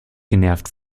genervt